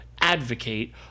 advocate